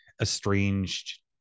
estranged